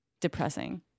depressing